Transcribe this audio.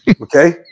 Okay